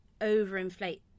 overinflate